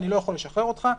אני לא יכול לשחרר אותך.